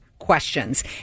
Questions